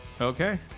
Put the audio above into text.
Okay